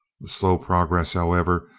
the slow progress, however,